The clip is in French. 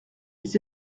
les